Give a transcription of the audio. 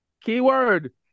Keyword